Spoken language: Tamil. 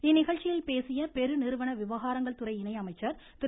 இந்நிகழ்ச்சியில் பேசிய பெருநிறுவன விவகாரங்கள் துறை இணை அமைச்சர் திரு